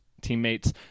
teammates